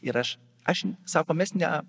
ir aš aš sako mes ne